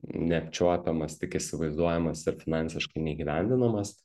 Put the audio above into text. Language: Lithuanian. neapčiuopiamas tik įsivaizduojamas ir finansiškai neįgyvendinamas